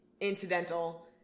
incidental